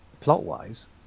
plot-wise